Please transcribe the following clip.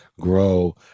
grow